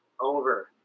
Over